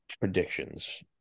predictions